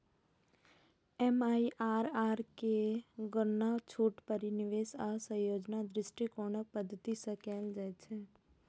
MIRR केर गणना छूट, पुनर्निवेश आ संयोजन दृष्टिकोणक पद्धति सं कैल जाइ छै